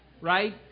right